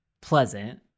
pleasant